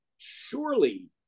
surely